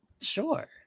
Sure